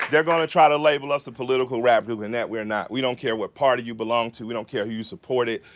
going to try to label us a political rap group, and that, we are not. we don't care what party you belong to we. don't care who you supported.